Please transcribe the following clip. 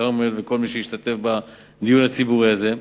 כרמל וכל מי שהשתתף בדיון הציבורי הזה,